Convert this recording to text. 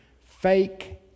fake